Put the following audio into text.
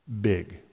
big